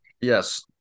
Yes